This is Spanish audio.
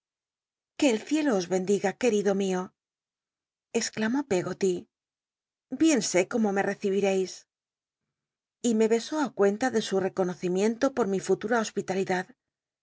que el ciclo os bendiga quel'ido mio exclamó peggoty bien sé cómo me rccibircis y me besó ti cuenta de su reconocimiento por mi futura hospitalidad